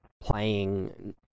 playing